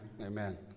Amen